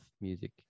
music